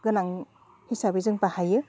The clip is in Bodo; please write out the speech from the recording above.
गोनां हिसाबै जों बाहायो